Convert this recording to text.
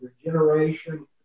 regeneration